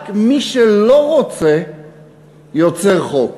רק מי שלא רוצה יוצר חוק.